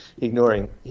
ignoring